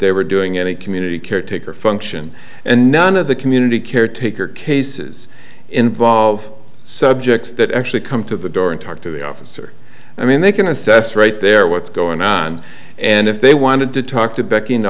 ey were doing any community caretaker function and none of the community care taker cases involve subjects that actually come to the door and talk to the officer i mean they can assess right there what's going on and if they wanted to talk to beck